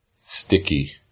sticky